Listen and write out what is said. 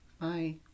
Bye